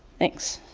thanks.